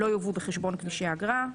לא יובאו בחשבון כבישי אגרה.